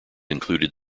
included